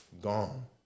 gone